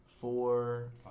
four